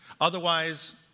Otherwise